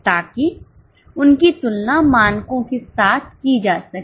ताकि उनकी तुलना मानकों के साथ की जा सके